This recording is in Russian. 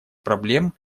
проблем